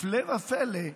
הפלא ופלא,